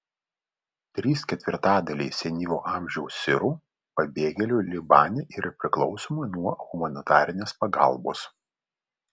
trys ketvirtadaliai senyvo amžiaus sirų pabėgėlių libane yra priklausomi nuo humanitarės pagalbos